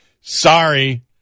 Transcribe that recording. Sorry